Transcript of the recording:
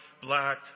black